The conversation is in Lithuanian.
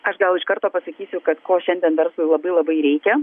aš gal iš karto pasakysiu kad ko šiandien verslui labai labai reikia